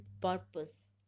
purpose